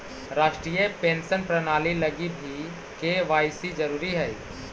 राष्ट्रीय पेंशन प्रणाली लगी भी के.वाए.सी जरूरी हई